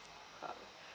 uh